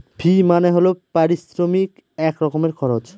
ফি মানে হল পারিশ্রমিক এক রকমের খরচ